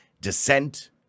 descent